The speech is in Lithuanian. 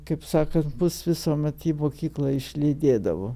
kaip sakant mus visuomet į mokyklą išlydėdavo